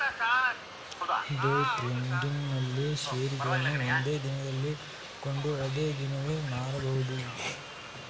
day trading ನಲ್ಲಿ ಶೇರುಗಳನ್ನು ಒಂದೇ ದಿನದಲ್ಲಿ ಕೊಂಡು ಅದೇ ದಿನವೇ ಮಾರಬಹುದು